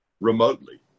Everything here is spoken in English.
remotely